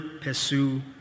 pursue